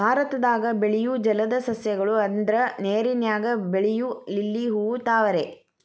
ಭಾರತದಾಗ ಬೆಳಿಯು ಜಲದ ಸಸ್ಯ ಗಳು ಅಂದ್ರ ನೇರಿನಾಗ ಬೆಳಿಯು ಲಿಲ್ಲಿ ಹೂ, ತಾವರೆ